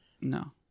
No